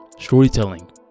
storytelling